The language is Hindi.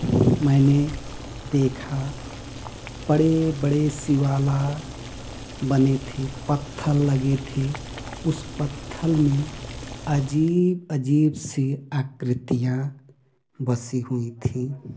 मैंने देखा बड़े बड़े शिलाएँ बने थे पत्थर लगे थे उस पत्थर में अजीब अजीब सी आकृतियाँ बसी हुई थी